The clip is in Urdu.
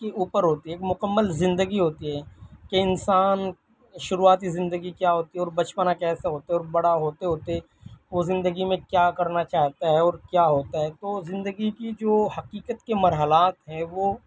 کے اوپر ہوتی ہیں مکمل زندگی ہوتی ہے کہ انسان شروعاتی زندگی کیا ہوتی ہے اور بچپنا کیسا ہوتا ہے اور بڑا ہوتے ہوتے وہ زندگی میں کیا کرنا چاہتا ہے اور کیا ہوتا ہے تو زندگی کی جو حقیقت کے مرحلات ہیں وہ